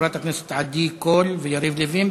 של חברת הכנסת עדי קול ויריב לוין.